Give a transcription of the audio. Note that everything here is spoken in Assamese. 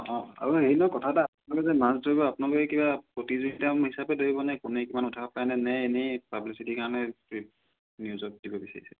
অঁ আৰু হেৰি নহয় কথা এটা আপোনালোকে মাছ ধৰিব আপোনালোকে কিবা প্ৰতিযোগিতা হিচাপে ধৰিব নে কোনে কিমান উঠাব পাৰে নে এনেই পাব্লিচিটী কাৰণে এই নিউজত দিব বিচাৰিছে